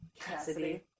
Cassidy